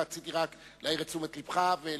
רציתי רק להעיר את תשומת לבך ולהפנותך